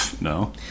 No